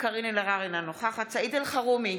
קארין אלהרר, אינה נוכחת סעיד אלחרומי,